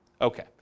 okay